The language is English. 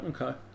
okay